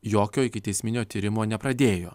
jokio ikiteisminio tyrimo nepradėjo